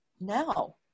now